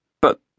But